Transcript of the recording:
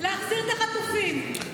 תחזירו את החטופים.